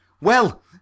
Well